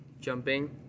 jumping